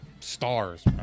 Stars